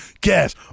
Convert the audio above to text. gas